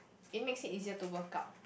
it makes it easier to work out